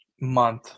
month